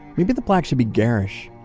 maybe the plaque should be garish,